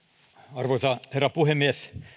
arvoisa herra puhemies